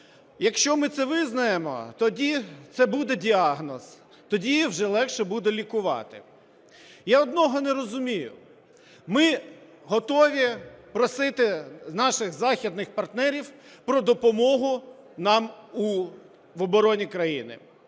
Якщо ми це визнаємо, тоді це буде діагноз, тоді вже легше буде лікувати. Я одного не розумію, ми готові просити наших західних партнерів про допомогу нам в обороні країни